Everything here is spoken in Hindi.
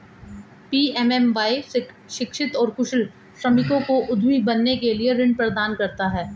पी.एम.एम.वाई शिक्षित और कुशल श्रमिकों को उद्यमी बनने के लिए ऋण प्रदान करता है